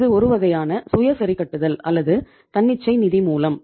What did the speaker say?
இது ஒருவகையான சுய சரிகட்டுதல் அல்லது தன்னிச்சை நிதி மூலம்